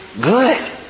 good